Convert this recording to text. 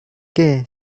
que